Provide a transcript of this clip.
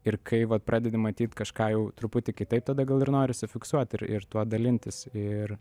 ir kai vat pradedi matyt kažką jau truputį kitaip tada gal ir norisi fiksuot ir ir tuo dalintis ir